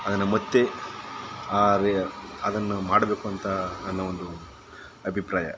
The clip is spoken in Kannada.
ಅದನ್ನು ಮತ್ತೆ ರೆ ಅದನ್ನು ಮಾಡಬೇಕು ಅಂತ ನನ್ನ ಒಂದು ಅಭಿಪ್ರಾಯ